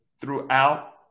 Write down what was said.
throughout